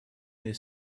their